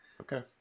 Okay